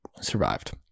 Survived